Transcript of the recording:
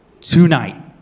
tonight